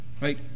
Right